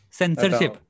censorship